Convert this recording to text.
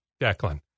Declan